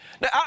Now